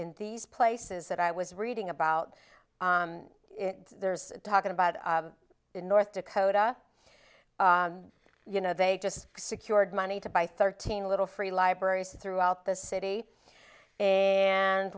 in these places that i was reading about there's talking about in north dakota you know they just secured money to buy thirteen little free libraries throughout the city and